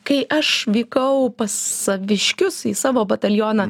kai aš vykau pas saviškius į savo batalioną